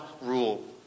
rule